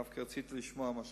דווקא רציתי לשמוע מה אומרים.